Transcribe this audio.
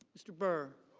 mr. burr